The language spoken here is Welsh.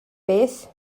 beth